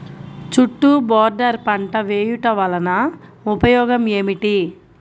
చుట్టూ బోర్డర్ పంట వేయుట వలన ఉపయోగం ఏమిటి?